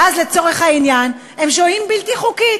ואז לצורך העניין הם שוהים בלתי חוקיים,